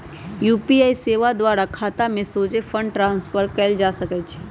UPI सेवा द्वारा खतामें सोझे फंड ट्रांसफर कएल जा सकइ छै